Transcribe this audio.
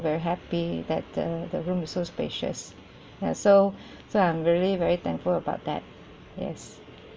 very happy that the the room is so spacious ya so so I'm very very thankful about that yes